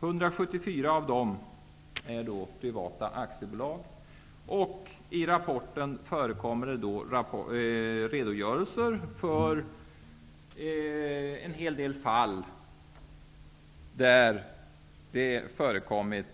174 av dem är privata aktiebolag och i rapporten förekommer redogörelser för en hel del fall där det förekommit